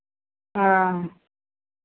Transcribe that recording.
हँ